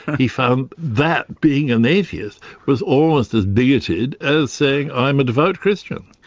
he found that being an atheist was almost as bigoted as saying i'm a devout christian.